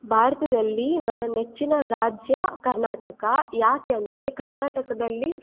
ಭಾರತದಲ್ಲಿ ನನ್ನ ನೆಚ್ಚಿನ ರಾಜ್ಯ ಕರ್ನಾಟಕ ಯಾಕೆಂದರೆ ಕರ್ನಾಟಕದಲ್ಲಿ